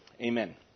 Amen